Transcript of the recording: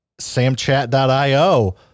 Samchat.io